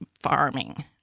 farming